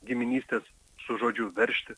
giminystės su žodžiu veržti